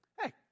hey